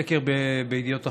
בסקר בידיעות אחרונות.